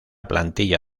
plantilla